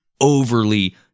overly